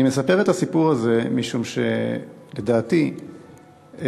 אני מספר את הסיפור הזה משום שלדעתי התחנונים,